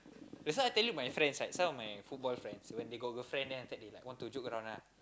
that's why I tell you my friends right some of my football friends when they got girlfriend then after that like they want to joke around ah